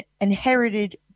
inherited